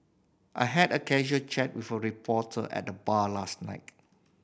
I had a casual chat with a reporter at the bar last night